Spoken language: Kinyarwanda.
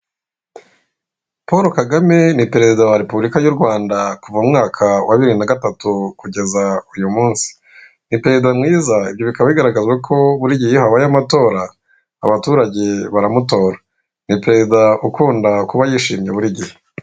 Paul kagame ni perezida wa repubulika y'Urwanda kuva umwaka wa bibiri na agatatu kugeza uyu munsi, ni perezida mwiza, ibyo bikaba bigaragaza ko buri gihe iyo habaye amatora, abaturage baramutora, ni perezida ukunda kuba yishimye buri gihe.